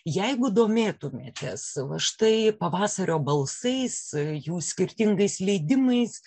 jeigu domėtumėtės va štai pavasario balsais jų skirtingais leidimais